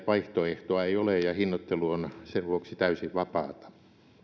vaihtoehtoa ei ole ja hinnoittelu on sen vuoksi täysin vapaata